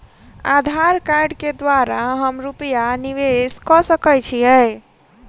आधार कार्ड केँ द्वारा हम रूपया निवेश कऽ सकैत छीयै?